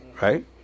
right